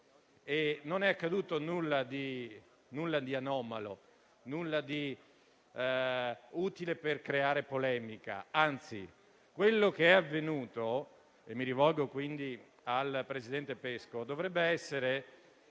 non è accaduto nulla di anomalo, nulla di utile a creare polemica. Anzi, quello che è avvenuto - e mi rivolgo al presidente Pesco - dovrebbe essere